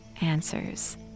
answers